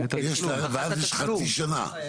ואז יש חצי שנה?